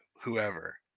whoever